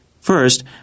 First